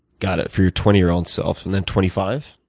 got it, for your twenty year old self and then twenty five?